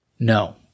No